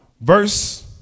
Verse